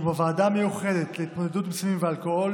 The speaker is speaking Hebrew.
בוועדה המיוחדת להתמודדות עם סמים ואלכוהול